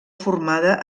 formada